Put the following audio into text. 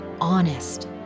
honest